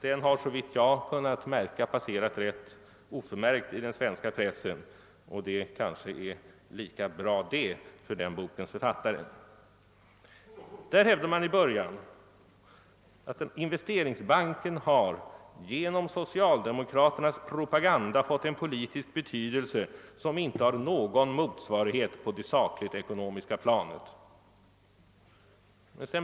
Den har, såvitt jag kunnat se, passerat ganska oförmärkt i den svenska pressen — och det kanske är lika bra det, för den bokens författare. I början av skriften hävdades, att investeringsbanken har »genom socialdemokraternas propaganda fått en politisk betydelse som inte har någon motsvarighet på det sakligt-ekonomiska planet».